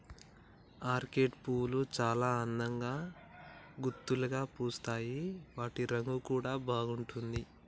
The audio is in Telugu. ఆర్కేడ్ పువ్వులు చాల అందంగా గుత్తులుగా పూస్తాయి వాటి రంగు కూడా బాగుంటుంది